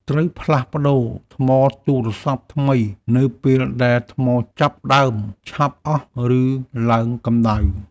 ត្រូវផ្លាស់ប្តូរថ្មទូរស័ព្ទថ្មី នៅពេលដែលថ្មចាប់ផ្តើមឆាប់អស់ ឬឡើងកម្តៅ។